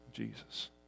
Jesus